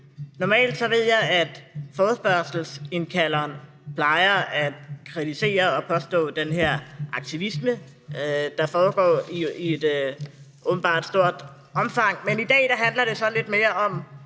Normalt ved jeg, at forespørgselsindkalderen plejer at kritisere og påstå, at der er den her aktivisme, der foregår i et åbenbart stort omfang, men i dag handler det sådan lidt mere om,